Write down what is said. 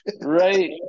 Right